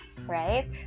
right